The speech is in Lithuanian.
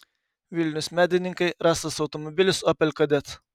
vilnius medininkai rastas automobilis opel kadett